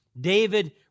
David